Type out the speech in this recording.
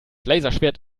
laserschwert